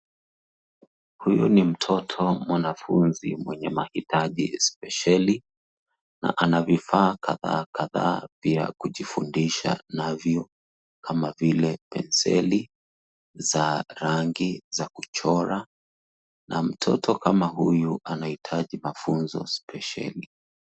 Huyu ni mtoto mwanafunzi mwenye mahitaji spesheli na ana vifaa kadhaa kadhaa vya kujifundisha navyo kama vile penseli za rangi za kuchora na mtoto kama huyu anahitaji mafunzo spesheli.